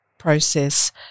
process